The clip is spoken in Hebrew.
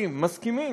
מהאזרחים מסכימים